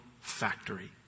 factory